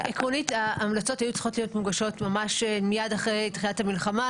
עקרונית ההמלצות היו צריכות להיות מוגשות ממש מיד אחרי תחילת המלחמה.